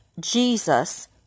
Jesus